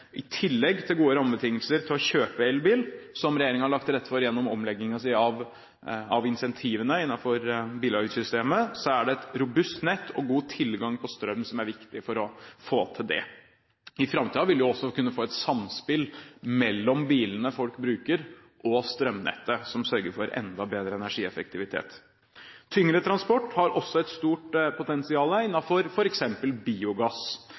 I tillegg til gode rammebetingelser for å kjøpe elbil, som regjeringen har lagt til rette for gjennom omleggingen av incentivene innenfor bilavgiftssystemet, er det et robust nett og god tilgang på strøm som er viktig for å få til det. I framtiden vil vi også kunne få et samspill mellom bilene folk bruker, og strømnettet som sørger for enda bedre energieffektivitet. Tyngre transport har også et stort potensial, innenfor f.eks. biogass.